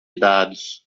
dados